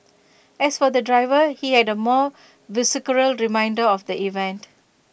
as for the driver he had A more visceral reminder of the event